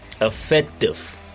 Effective